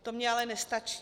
To mi ale nestačí.